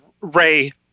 Ray